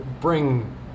bring